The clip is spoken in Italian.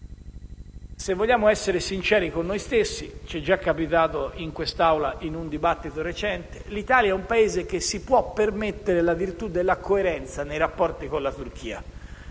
Se vogliamo essere sinceri con noi stessi - ci è già capitato in quest'Assemblea in un recente dibattito - l'Italia è un Paese che si può permettere la virtù della coerenza nei rapporti con la Turchia,